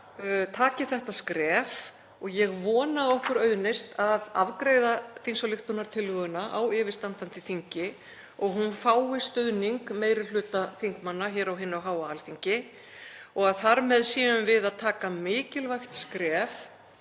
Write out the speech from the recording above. taki þetta skref. Ég vona að okkur auðnist að afgreiða þingsályktunartillöguna á yfirstandandi þingi og að hún fái stuðning meiri hluta þingmanna hér á hinu háa Alþingi og þar með séum við að taka mikilvægt skref